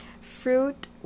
fruit